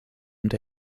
und